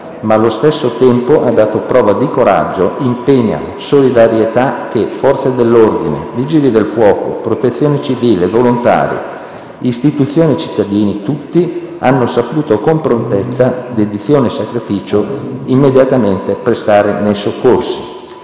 ma allo stesso tempo ha dato prova di coraggio, impegno e solidarietà che Forze dell'ordine, Vigili del fuoco, Protezione civile, volontari, istituzioni e cittadini tutti hanno saputo con prontezza, dedizione e sacrificio immediatamente prestare nei soccorsi.